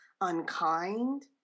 unkind